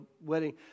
wedding